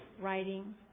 writing